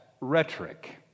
rhetoric